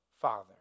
Father